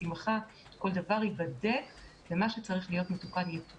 בבקשה, בשמחה, הדבר ייבדק ומה שצריך יתוקן.